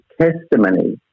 testimony